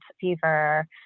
fever